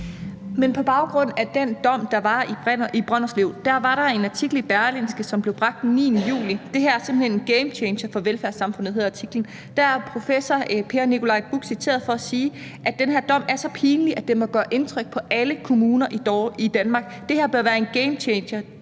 på baggrund af den dom, der var i Brønderslev, var der en artikel i Berlingske, som blev bragt den 9. juli. »Det her er simpelthen en gamechanger for velfærdssamfundet«, står der i artiklens titel, og der er professor Per Nikolaj Bukh citeret for at sige, at den her dom er så pinlig, at den må gøre indtryk på alle kommuner i Danmark. »Det her bør være en gamechanger.